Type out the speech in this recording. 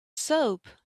soap